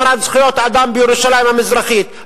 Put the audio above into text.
הפרת זכויות אדם בירושלים המזרחית,